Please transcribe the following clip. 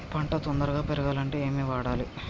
పంట తొందరగా పెరగాలంటే ఏమి వాడాలి?